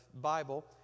Bible